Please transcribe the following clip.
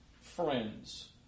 friends